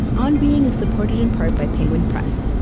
on being is supported in part by penguin press,